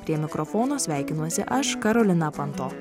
prie mikrofono sveikinuosi aš karolina panto